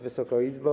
Wysoka Izbo!